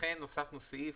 וכן הוספנו סעיף,